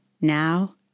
Now